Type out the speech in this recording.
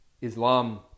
Islam